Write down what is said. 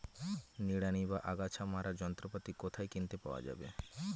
নিড়ানি বা আগাছা মারার যন্ত্রপাতি কোথায় কিনতে পাওয়া যাবে?